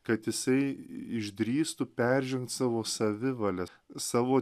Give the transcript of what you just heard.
kad jisai išdrįstų peržengt savo savivalę savo